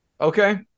Okay